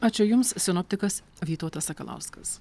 ačiū jums sinoptikas vytautas sakalauskas